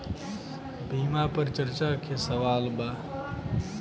बीमा पर चर्चा के सवाल बा?